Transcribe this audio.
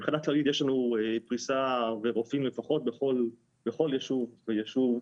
מבחינה כללית יש לנו רופאים בפריסה לפחות בכל יישוב ויישוב,